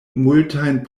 multajn